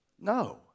No